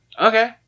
Okay